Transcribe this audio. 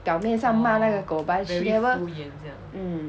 表面上骂那个狗 but she never mm